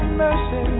mercy